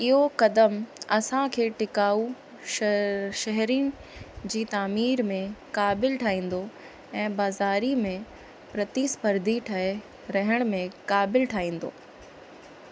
इहो क़दमु असांखे टिकाऊ शह शहरी जी तामीर ऐं क़ाबिलु ठाहींदो ऐं बाज़ारि में प्रतिस्पर्धी ठहे रहण में क़ाबिलु ठाहींदो